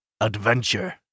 Adventure